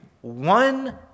one